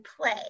play